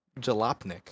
Jalopnik